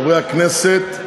חברי הכנסת,